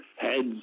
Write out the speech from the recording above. Heads